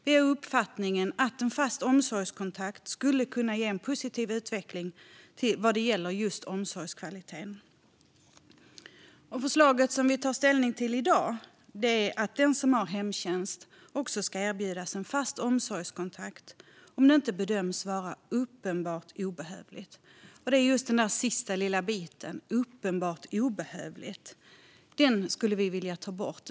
Vi är av uppfattningen att en fast omsorgskontakt skulle kunna ge en positiv utveckling vad gäller just omsorgskvaliteten. Förslaget, som vi tar ställning till i dag, är att den som har hemtjänst också ska erbjudas en fast omsorgskontakt om det inte bedöms vara uppenbart obehövligt. Det är just den där sista lilla biten - uppenbart obehövligt - som vi skulle vilja ta bort.